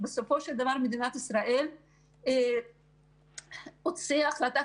בסופו של דבר מדינת ישראל הוציאה החלטת